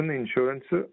insurance